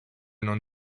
non